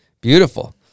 Beautiful